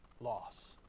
Loss